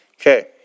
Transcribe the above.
Okay